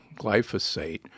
glyphosate